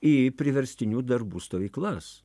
į priverstinių darbų stovyklas